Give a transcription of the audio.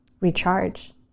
recharge